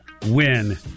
win